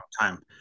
time